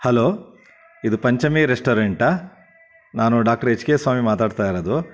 hello ಇದು Panchami restaurant ನಾನು doctor H K Swami ಮಾತಾಡ್ತಾ ಇರೋದು